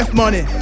money